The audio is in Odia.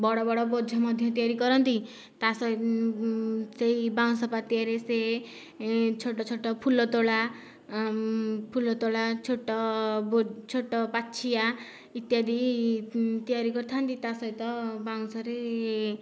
ବଡ଼ ବଡ଼ ବୋଝ ମଧ୍ୟ ତିଆରି କରନ୍ତି ତା ସହ ସେଇ ବାଉଁଶ ପାତିଆରେ ସେ ଛୋଟ ଛୋଟ ଫୁଲ ତୋଳା ଫୁଲ ତୋଳା ଛୋଟ ବୋ ଛୋଟ ପାଛିଆ ଇତ୍ୟାଦି ତିଆରି କରିଥାନ୍ତି ତା ସହିତ ବାଉଁଶରେ